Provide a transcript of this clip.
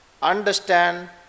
understand